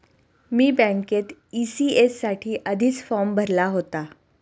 मी बँकेत ई.सी.एस साठी आधीच फॉर्म भरला होता